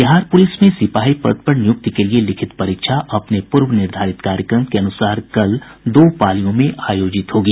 Bihar police में सिपाही पद पर नियुक्ति के लिए लिखित परीक्षा अपने पूर्व निर्धारित कार्यक्रम के अनुसार कल दो पालियों में आयोजित होगी